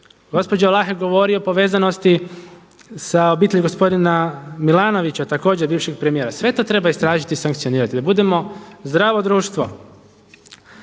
Gospođa Vlahek je govorila o povezanosti sa obitelji gospodina Milanovića također bivšeg premijera. Sve to treba istražiti i sankcionirati da budemo zdravo društvo.